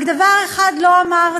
רק דבר אחד לא אמרת,